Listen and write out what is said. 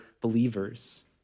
believers